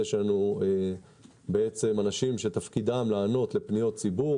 יש לנו אנשים שתפקידם לענות לפניות ציבור